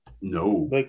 No